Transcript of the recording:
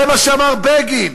זה מה שאמר בגין,